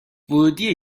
ورودی